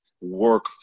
work